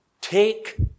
take